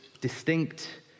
distinct